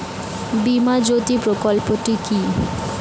বীমা জ্যোতি প্রকল্পটি কি?